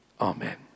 Amen